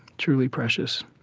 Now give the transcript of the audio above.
truly precious